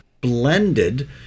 blended